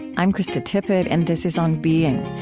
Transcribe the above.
i'm krista tippett, and this is on being.